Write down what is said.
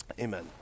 Amen